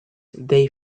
they